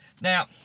now